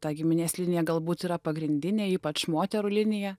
ta giminės linija galbūt yra pagrindinė ypač moterų linija